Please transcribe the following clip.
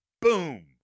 boom